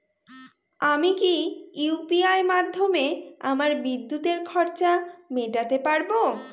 আমি কি ইউ.পি.আই মাধ্যমে আমার বিদ্যুতের খরচা মেটাতে পারব?